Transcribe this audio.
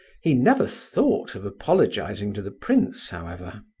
he never thought of apologizing to the prince, however.